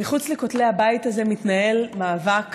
מחוץ לכותלי הבית הזה מתנהל מאבק